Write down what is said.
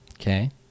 Okay